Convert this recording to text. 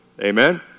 Amen